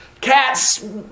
Cats